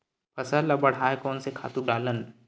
फसल ल बढ़ाय कोन से खातु डालन?